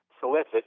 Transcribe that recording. solicit